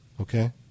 Okay